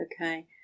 okay